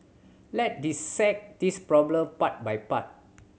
let's dissect this problem part by part